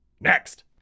Next